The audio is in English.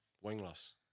wingless